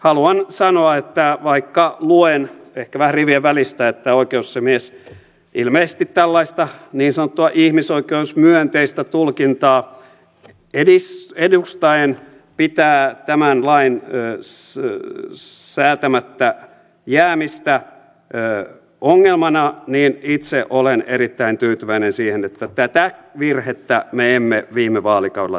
haluan sanoa että vaikka luen ehkä vähän rivien välistä oikeusasiamies ilmeisesti tällaista niin sanottua ihmisoikeusmyönteistä tulkintaa edustaen pitää tämän lain säätämättä jäämistä ongelmana niin itse olen erittäin tyytyväinen siihen että tätä virhettä me emme viime vaalikaudella tehneet